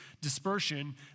dispersion